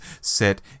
set